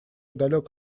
далек